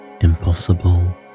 impossible